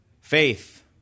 faith